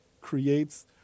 creates